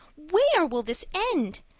where will this end?